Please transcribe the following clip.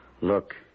look